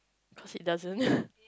cause it doesn't